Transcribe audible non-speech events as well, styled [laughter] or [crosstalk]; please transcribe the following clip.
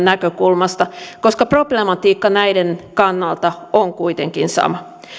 [unintelligible] näkökulmasta koska problematiikka näiden kannalta on kuitenkin sama